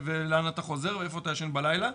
לאן אתה חוזר ואיפה אתה ישן בלילה.